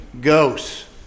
Ghosts